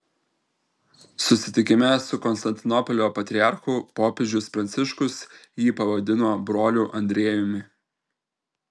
susitikime su konstantinopolio patriarchu popiežius pranciškus jį pavadino broliu andriejumi